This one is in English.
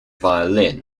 violin